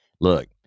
look